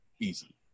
Easy